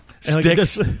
Sticks